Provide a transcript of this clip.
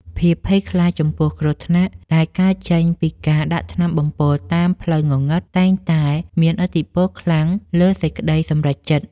ភាពភ័យខ្លាចចំពោះគ្រោះថ្នាក់ដែលកើតចេញពីការដាក់ថ្នាំបំពុលតាមផ្លូវងងឹតតែងតែមានឥទ្ធិពលខ្លាំងលើសេចក្តីសម្រេចចិត្ត។